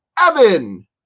Evan